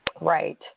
Right